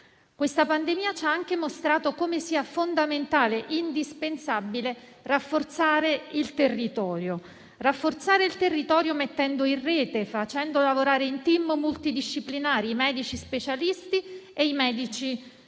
Questa pandemia ci ha anche mostrato come sia fondamentale e indispensabile rafforzare il territorio, mettendo in rete e facendo lavorare in *team* multidisciplinari i medici specialisti e i medici